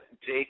Jake